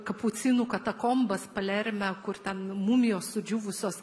kapucinų katakombas palerme kur ten mumijos sudžiūvusios